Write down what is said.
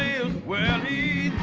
will he